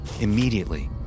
Immediately